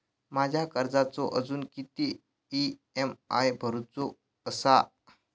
माझ्या कर्जाचो अजून किती ई.एम.आय भरूचो असा?